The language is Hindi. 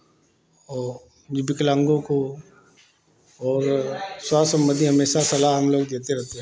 और विकलांगों को और स्वास्थ्य संबंधी हमेशा सलाह हम लोग देते रहते हैं